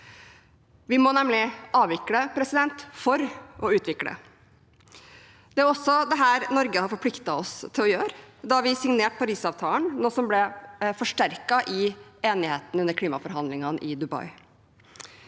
Vi må nemlig avvikle for å utvikle. Det er også dette Norge forpliktet seg til å gjøre da vi signerte Parisavtalen, noe som ble forsterket i enigheten under klimaforhandlingene i Dubai.